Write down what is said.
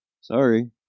Sorry